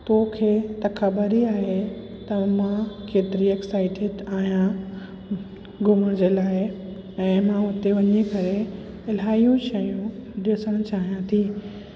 तोखे त ख़बर ई आहे त मां केतिरी एक्साइटिड आहियां घुमण जे लाइ ऐं मां उते वञी करे इलाहियूं शयूं ॾिसणु चाहियां थी